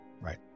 Right